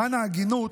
למען ההגינות,